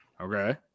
Okay